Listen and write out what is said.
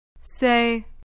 Say